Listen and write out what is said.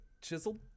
chiseled